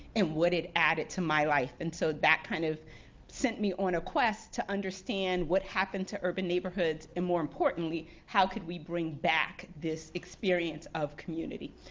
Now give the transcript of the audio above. and what it added to my life. and so that kind of sent me on a quest to understand what happened to urban neighborhoods and more importantly, how could we bring back this experience of community,